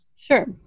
Sure